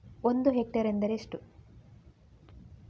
ಒಂದು ಹೆಕ್ಟೇರ್ ಎಂದರೆ ಎಷ್ಟು?